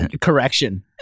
Correction